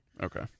Okay